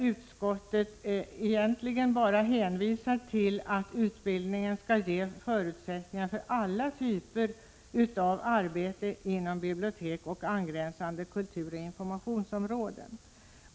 Utskottet hänvisar egentligen bara till att utbildningen skall ge förutsättningar för alla typer av arbete inom bibliotek och angränsande kulturoch informationsområden.